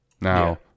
Now